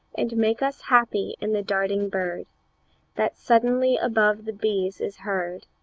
and make us happy in the darting bird that suddenly above the bees is heard,